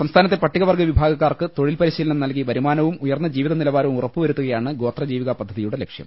സംസ്ഥാനത്തെ പട്ടിക വർഗ്ഗ വിഭാഗക്കാർക്ക് തൊഴിൽ പരിശീലനം നൽകി വരുമാനവും ഉയർന്ന ജീവിത നിലവാരവും ഉറപ്പു വരുത്തുകയാണ് ഗോതജീവിക പദ്ധതിയുടെ ലക്ഷ്യം